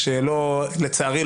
לצערי,